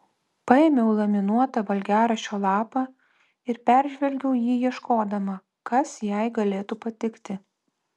paėmiau laminuotą valgiaraščio lapą ir peržvelgiau jį ieškodama kas jai galėtų patikti